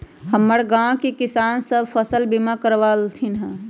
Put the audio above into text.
हमर गांव के किसान सभ फसल बीमा करबा लेलखिन्ह ह